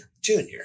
Junior